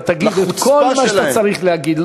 אתה תגיד את כל מה שאתה צריך להגיד.